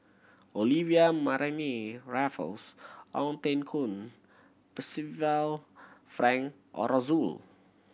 Olivia Mariamne Raffles Ong Teng Koon Percival Frank Aroozoo